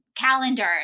calendars